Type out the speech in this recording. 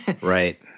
Right